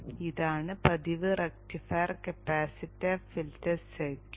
ഇതാണ് പതിവ് rectifier capacitor filter circuit